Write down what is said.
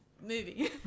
movie